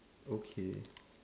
okay